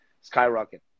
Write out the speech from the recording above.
skyrocket